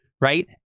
right